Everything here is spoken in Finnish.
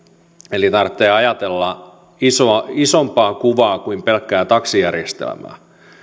eli tarvitsee ajatella isompaa kuvaa kuin pelkkää taksijärjestelmää